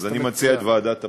אז אני מציע את ועדת הפנים.